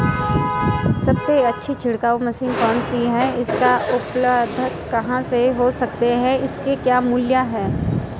सबसे अच्छी छिड़काव मशीन कौन सी है इसकी उपलधता कहाँ हो सकती है इसके क्या मूल्य हैं?